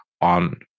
on